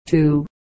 two